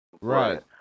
Right